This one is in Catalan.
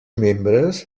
membres